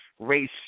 race